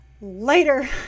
later